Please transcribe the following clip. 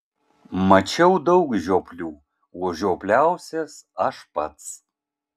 mačiau daug žioplių o žiopliausias aš pats